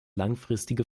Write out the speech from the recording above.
langfristige